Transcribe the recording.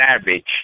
savage